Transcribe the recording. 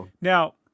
now